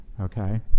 okay